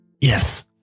Yes